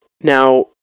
Now